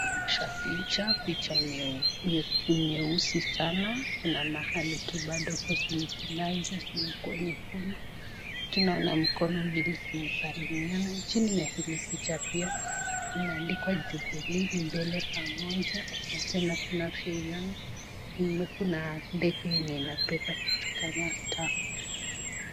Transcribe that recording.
Inaonyesha picha, picha enye ni nyeusi sana. Kuna mahali tu bado kosisimanju zimekuwa nyekundu. Tunaona mikono mbili zimesalimiana. Chini ya hili picha pia imeandikwa Jubilee Mbele Pamoja na tena tunavyoiona kuna ndege enye inabeba kitu kama tawi.